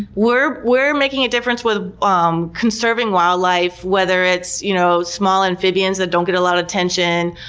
we're we're making a difference with um conserving wildlife. whether it's, you know, small amphibians that don't get a lot of attention,